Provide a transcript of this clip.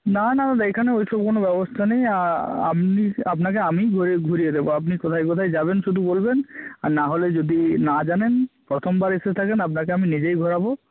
না না দাদা এইখানে ওই সব কোনও ব্যবস্থা নেই আপনাকে আমিই ঘুরিয়ে দেব আপনি কোথায় কোথায় যাবেন শুধু বলবেন আর না হলে যদি না জানেন প্রথম বার এসে থাকেন আপনাকে আমি নিজেই ঘোরাব